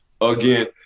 Again